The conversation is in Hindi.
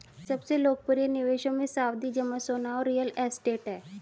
सबसे लोकप्रिय निवेशों मे, सावधि जमा, सोना और रियल एस्टेट है